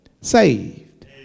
saved